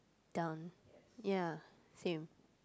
done ya same